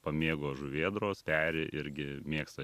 pamėgo žuvėdros peri irgi mėgsta